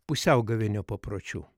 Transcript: pusiaugavėnio papročių